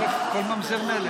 עליך אני לא הייתי,